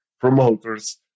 promoters